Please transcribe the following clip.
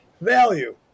value